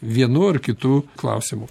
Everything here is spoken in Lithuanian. vienu ar kitu klausimu